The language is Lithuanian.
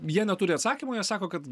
jie neturi atsakymo jie sako kad